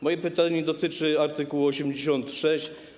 Moje pytanie dotyczy art. 86.